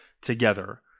together